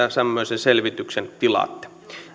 tämmöisen selvityksen tilaatte